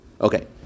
Okay